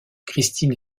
christine